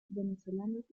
venezolanos